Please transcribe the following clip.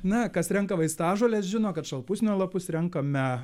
na kas renka vaistažoles žino kad šalpusnio lapus renkame